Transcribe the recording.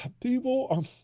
people